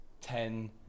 ten